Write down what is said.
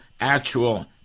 actual